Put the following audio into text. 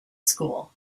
school